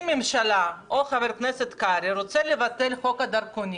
אם הממשלה או חבר הכנסת קרעי רוצים לבטל את חוק הדרכונים,